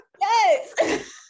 Yes